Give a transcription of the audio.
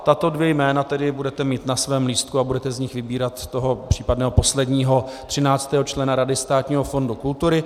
Tato dvě jména tedy budete mít na svém lístku a budete z nich vybírat toho případného posledního třináctého člena Rady Státního fondu kultury.